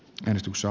joensuussa